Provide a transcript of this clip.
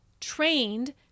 trained